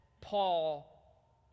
Paul